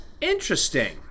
Interesting